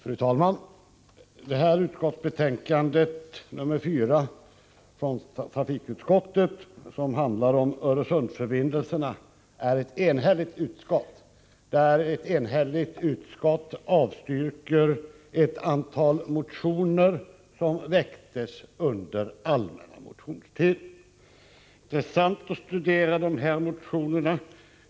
Fru talman! Trafikutskottets betänkande 4 handlar om Öresundsförbindelserna. Ett enigt utskott har avstyrkt ett antal motioner som väcktes under allmänna motionstiden. Det är intressant att studera dessa motioner.